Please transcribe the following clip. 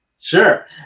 Sure